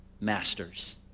masters